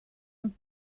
und